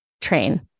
train